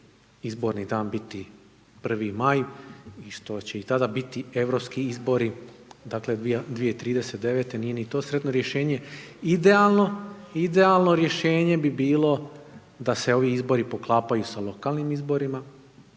izborni dan biti 1. maj i što će i tada biti europski izbori. Dakle, 2039. nije ni to sretno rješenje, idealno rješenje bi bilo da se ovi izbori poklapaju sa lokalnim izborima,